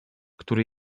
które